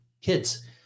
kids